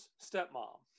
stepmom